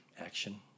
Action